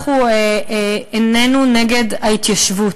אנחנו איננו נגד ההתיישבות.